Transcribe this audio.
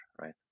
right